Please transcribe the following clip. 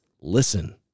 listen